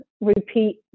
repeat